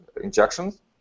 injections